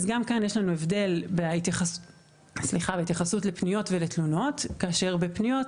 גם כאן יש לנו הבדל בהתייחסות לפניות ולתלונות כאשר בפניות,